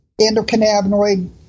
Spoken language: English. endocannabinoid